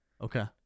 Okay